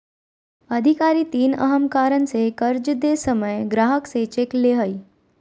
अधिकारी तीन अहम कारण से कर्ज दे समय ग्राहक से चेक ले हइ